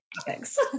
Thanks